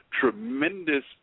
tremendous